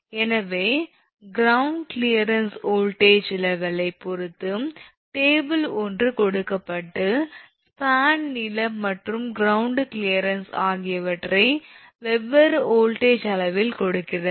எனவே ground clearance voltage லெவலைப் பொறுத்து டேபிள் ஒன்று கொடுக்கப்பட்டு ஸ்பான் நீளம் மற்றும் கிரவுண்ட் க்ளியரன்ஸ் ஆகியவற்றை வெவ்வேறு வோல்டேஜ் அளவில் கொடுக்கிறது